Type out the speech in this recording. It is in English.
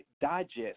digest